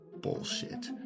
bullshit